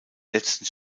letzten